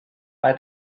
bei